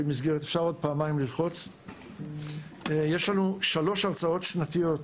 יש לנו 3 הרצאות שנתיות.